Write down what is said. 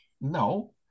No